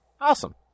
Awesome